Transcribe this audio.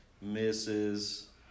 misses